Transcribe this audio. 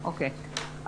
טובים,